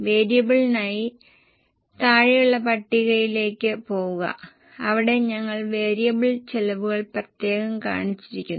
വേരിയബിളിനായി താഴെയുള്ള പട്ടികയിലേക്ക് പോകുക അവിടെ ഞങ്ങൾ വേരിയബിൾ ചെലവുകൾ പ്രത്യേകം കാണിച്ചിരിക്കുന്നു